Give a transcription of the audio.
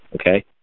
okay